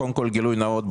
קודם כול, גילוי נאות.